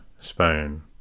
spoon